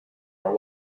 are